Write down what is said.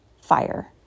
fire